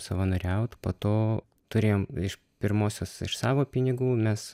savanoriaut po to turėjom iš pirmosios iš savo pinigų mes